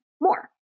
more